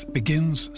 begins